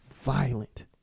violent